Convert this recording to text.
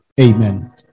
Amen